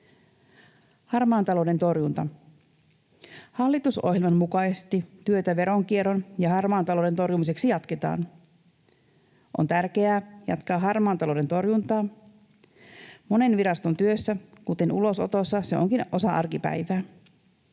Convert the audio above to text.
Harmaan talouden torjunta. Hallitusohjelman mukaisesti työtä veronkierron ja harmaan talouden torjumiseksi jatketaan. On tärkeää jatkaa harmaan talouden torjuntaa, ja monen viraston työssä, kuten ulosotossa, se onkin osa arkipäivää.